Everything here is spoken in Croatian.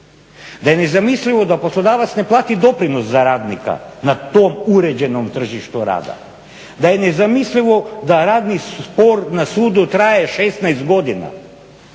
da je nezamislivo da poslodavac ne plati doprinos za radnika na tom uređenom tržištu rada, da je nezamislivo da radni spor na sudu traje 16 godina.